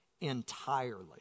entirely